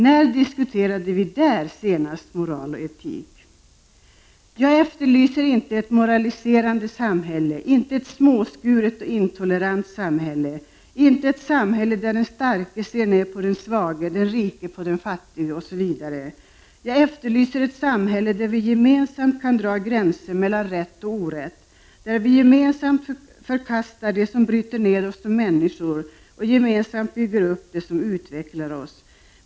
När diskuterades där senast moral och etik? Jag efterlyser inte ett moraliserande, småskuret och intolerant samhälle där den starke ser ner på den svage, den rike på den fattige osv. Jag efterlyser ett samhälle där vi gemensamt kan dra gränser mellan rätt och orätt, där vi gemensamt förkastar det som bryter ner oss som människor och gemensamt bygger upp det som utvecklar oss.